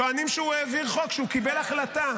טוענים שהוא העביר חוק, שהוא קיבל החלטה.